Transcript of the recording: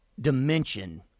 dimension